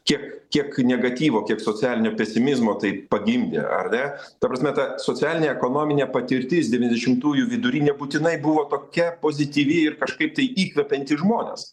kiek kiek negatyvo kiek socialinio pesimizmo tai pagimdė ar ne ta prasme ta socialinė ekonominė patirtis devyniasdešimtųjų vidury nebūtinai buvo tokia pozityvi ir kažkaip tai įkvepianti žmones